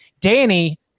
Danny